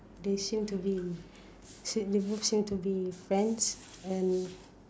they seem to be see they both seem to be friends and